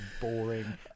boring